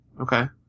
Okay